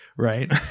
right